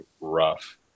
rough